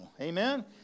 Amen